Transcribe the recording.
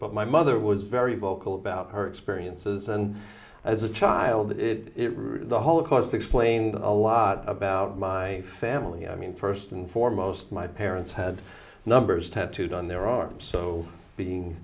but my mother was very vocal about her experiences and as a child the holocaust explained a lot about my family i mean first and foremost my parents had numbers tattooed on their arms so